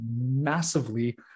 massively